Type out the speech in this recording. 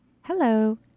hello